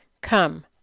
come